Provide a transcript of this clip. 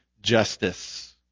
justice